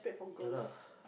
ya lah